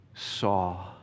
saw